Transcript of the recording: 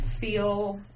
feel